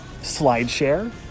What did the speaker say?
Slideshare